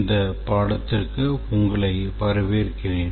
இந்த பாடத்திற்கு உங்களை வரவேற்கிறேன்